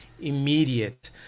immediate